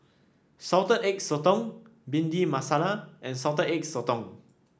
Salted Egg Sotong Bhindi Masala and Salted Egg Sotong